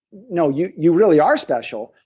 no, you you really are special,